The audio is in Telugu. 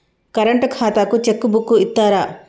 కరెంట్ ఖాతాకు చెక్ బుక్కు ఇత్తరా?